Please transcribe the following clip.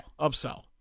Upsell